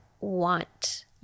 want